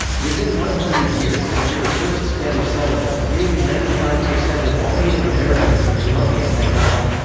within one hundred years after the first spanish settlement, nearly ninety five percent of all native americans in colombia had died.